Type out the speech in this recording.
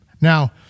Now